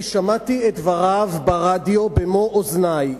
אני שמעתי את דבריו ברדיו במו אוזני,